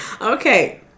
Okay